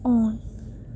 on